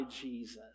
Jesus